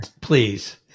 Please